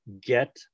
get